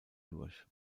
durch